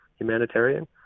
humanitarian